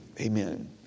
Amen